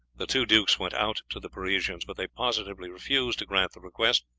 the two dukes went out to the parisians, but they positively refused to grant the request,